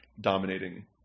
dominating